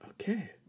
Okay